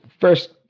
first